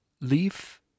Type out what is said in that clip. Leaf